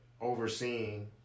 overseeing